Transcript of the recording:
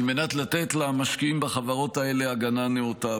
על מנת לתת למשקיעים בחברות האלה הגנה נאותה.